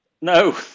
No